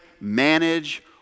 manage